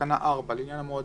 תקנה 4 לעניין המועדים,